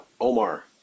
omar